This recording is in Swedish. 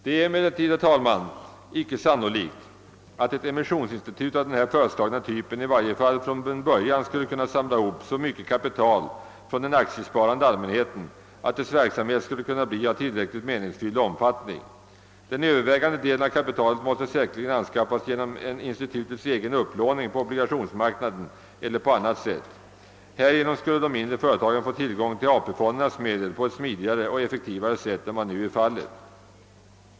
Det är emellertid icke sannolikt att ett emissionsinstitut av den föreslagna typen — i varje fall inte från början — skulle kunna samla ihop ett så stort kapital från den aktiesparande allmänheten, att dess verksamhet skulle kunna bli av tillräckligt meningsfylld omfattning. Den övervägande delen av kapitalet måste säkerligen anskaffas genom en institutets egen upplåning på obligationsmarknaden eller på annat sätt. Härigenom skulle de mindre företagen få tillgång till AP-fondernas medel på ett smidigare och effektivare sätt än vad nu är fallet.